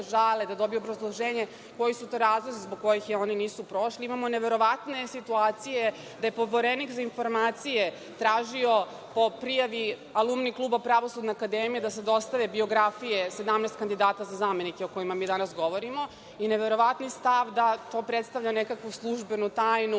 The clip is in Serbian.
žale, da dobiju obrazloženje koji su to razlozi zbog kojih oni nisu prošli. Imamo neverovatne situacije gde je Poverenik za informacije tražio po prijavi Alumni kluba Pravosudne akademije da se dostave biografije 17 kandidata za zamenike o kojima mi danas govorimo i neverovatni stav da to predstavlja nekakvu službenu tajnu,